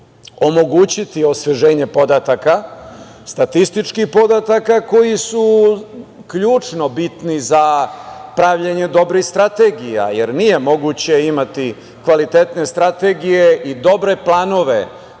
omogućiti osveženje podataka, statističkih podataka koji su ključno bitni za pravljenje dobrih strategija, jer nije moguće imati kvalitetne strategije i dobre planove,